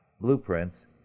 Blueprints